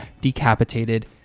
decapitated